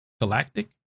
Galactic